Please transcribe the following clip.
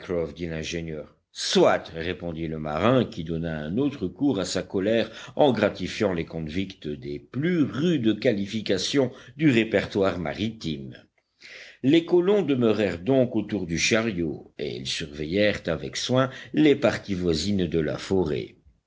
l'ingénieur soit répondit le marin qui donna un autre cours à sa colère en gratifiant les convicts des plus rudes qualifications du répertoire maritime les colons demeurèrent donc autour du chariot et ils surveillèrent avec soin les parties voisines de la forêt